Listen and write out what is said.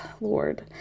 Lord